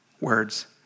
words